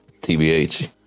tbh